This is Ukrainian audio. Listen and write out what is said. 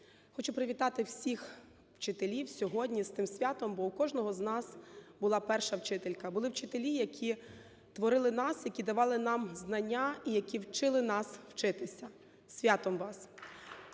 Хочу привітати всіх вчителів сьогодні з цим святом, бо у кожного з нас була перша вчителька, були вчителі, які творили нас, які давали нам знання і які вчили нас вчитися. З святом вас!